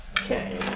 Okay